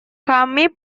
kami